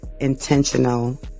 intentional